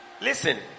Listen